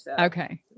Okay